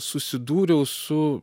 susidūriau su